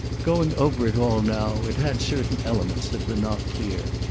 going over it all now, it had certain elements that were not clear.